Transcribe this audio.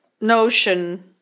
notion